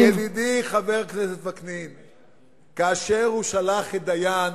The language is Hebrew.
ידידי חבר הכנסת וקנין, כאשר הוא שלח את דיין